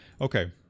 Okay